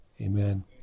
Amen